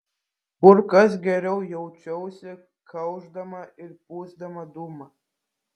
kur kas geriau jaučiausi kaušdama ir pūsdama dūmą